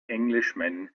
englishman